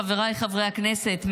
חבריי חברי הכנסת,